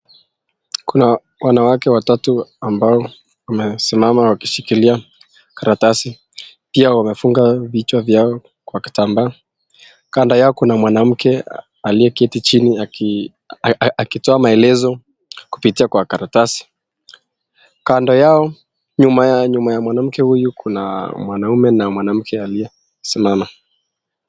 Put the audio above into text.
Kuna wanawake watatu, ambao wamesimama wakishikilia karatasi. Pia wamefunga vichwa vyao kwa kitambaa. Kando yao kuna mwanamke aliyeketi chini, akitoa maelezo kupitia kwa karatasi. Kando yao nyuma ya mwanamke huyu, kuna mwanaume na mwanamke aliyesimama.